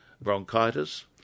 bronchitis